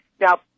Now